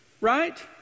Right